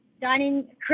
dining